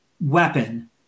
weapon